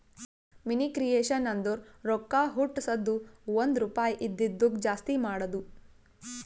ಮನಿ creation ಅಂದುರ್ ರೊಕ್ಕಾ ಹುಟ್ಟುಸದ್ದು ಒಂದ್ ರುಪಾಯಿ ಇದಿದ್ದುಕ್ ಜಾಸ್ತಿ ಮಾಡದು